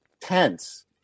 tense